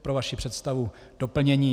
Pro vaši představu doplnění.